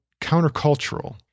countercultural